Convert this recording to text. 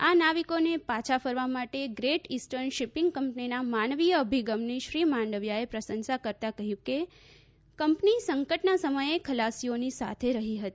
આ નાવિકોને પાછા ફરવા માટે ગ્રેટ ઈસ્ટર્ન શીંપીંગ કંપનીના માનવીય અભિગમની શ્રી માંડવિયાએ પ્રશંસા કરતાં કહ્યું કે કંપની સંકટના સમયે ખલાસીઓની સાથે રહી હતી